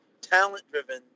talent-driven